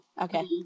okay